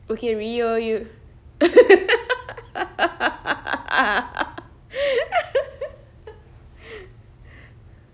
okay rio you